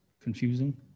confusing